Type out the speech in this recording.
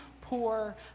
poor